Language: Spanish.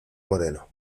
moreno